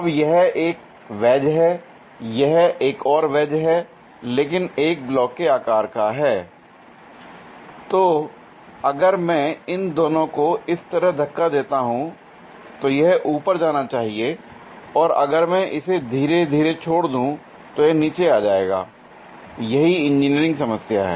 अब यह एक वैज है यह एक और वैज है लेकिन एक ब्लॉक के आकार का है l तो अगर मैं इन दोनों को इस तरह धक्का देता हूं तो यह ऊपर जाना चाहिए और अगर मैं इसे धीरे धीरे छोड़ दूं तो यह नीचे आ जाएगा यही इंजीनियरिंग समस्या है